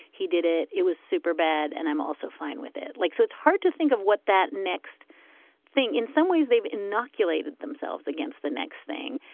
he did it. it was super bad. and i'm also fine with it like. so it's hard to think of what that next thing. in some ways they've inoculated themselves against the next thing.